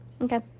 Okay